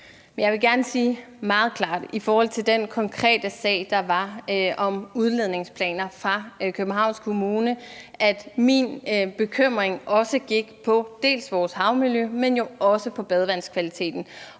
Jeg vil gerne sige meget klart om den konkrete sag, der var om Københavns Kommunes udledningsplaner, at min bekymring også gik på både vores havmiljø, men også på badevandskvaliteten.